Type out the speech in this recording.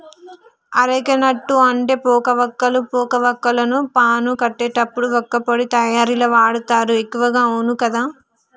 areca nut అంటే పోక వక్కలు, పోక వాక్కులను పాను కట్టేటప్పుడు వక్కపొడి తయారీల వాడుతారు ఎక్కువగా అవును కదా